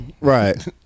Right